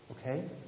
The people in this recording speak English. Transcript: Okay